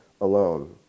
alone